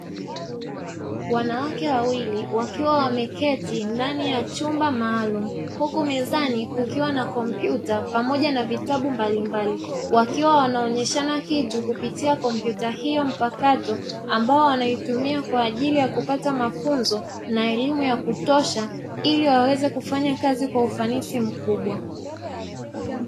Wanawake wawili wakiwa wameketi ndani ya chumba maalum huku mezani kukiwa na kompyuta pamoja na vitabu mbalimbali wakiwa wanaoneshana kitu kupitia kompyuta hio mpakato ambayo wanaitumia kwa ajili ya kupata mafunzo na elimu ya kutosha iliwaweze kufanya kazi kwa ufanisi mkubwa.